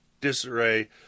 disarray